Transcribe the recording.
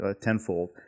tenfold